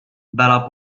dalla